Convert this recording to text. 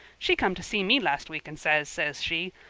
she come to see me last week and says, says she,